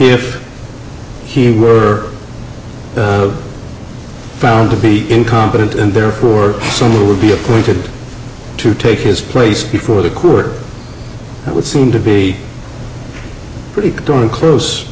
if he were found to be incompetent and therefore some would be appointed to take his place before the coup or it would seem to be pretty darn close